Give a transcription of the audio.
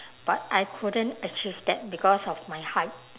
but I couldn't achieve that because of my height